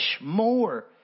more